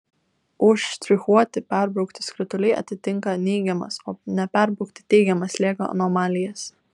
užštrichuoti perbraukti skrituliai atitinka neigiamas o neperbraukti teigiamas slėgio anomalijas